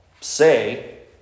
say